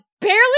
barely